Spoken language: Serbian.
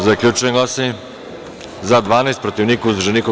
Zaključujem glasanje: za - 12, protiv - niko, uzdržanih - nema.